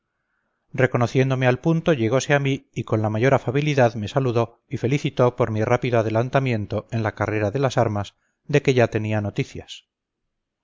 reconociéndome al punto llegose a mí y con la mayor afabilidad me saludó y felicitó por mi rápido adelantamiento en la carrera de las armas de que ya tenía noticias